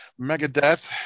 Megadeth